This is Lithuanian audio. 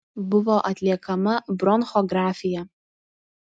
buvo atliekama bronchografija